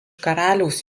karaliaus